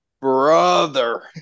Brother